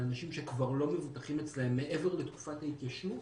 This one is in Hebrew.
אנשים שכבר לא מבוטחים אצלם מעבר לתקופת ההתיישנות